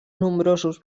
nombrosos